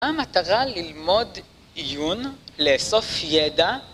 המטרה ללמוד עיון, לאסוף ידע